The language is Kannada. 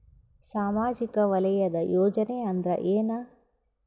ಸಾಮಾಜಿಕ ವಲಯದ ಯೋಜನೆ ಅಂದ್ರ ಏನ?